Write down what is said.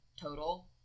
total